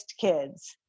kids